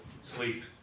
sleep